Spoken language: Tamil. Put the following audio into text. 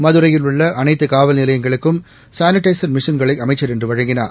மதுரையில் உள்ள அனைத்து காவல் நிலையங்களுக்கும் சானிடைச் மிஷின்களை அமைச்ச் இன்று வழங்கினார்